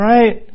Right